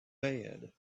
bed